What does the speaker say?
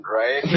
right